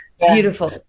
beautiful